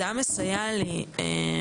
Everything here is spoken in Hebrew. זה היה מסייע לי המון.